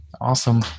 Awesome